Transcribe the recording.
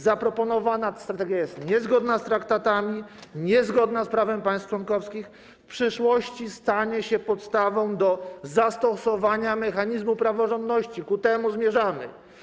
Zaproponowana strategia jest niezgodna z traktatami, niezgodna z prawem państw członkowskich, w przyszłości stanie się podstawą do zastosowania mechanizmu praworządności - ku temu zmierzamy.